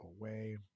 away